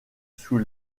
sous